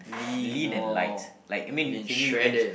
lean and light like I mean can you imagine